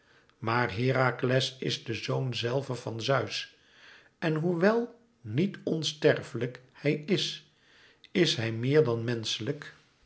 maar herakles is de zoon zelve van zeus en hoewel niet onsterfelijk hij is is hij meer dan menschelijk